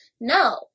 No